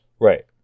Right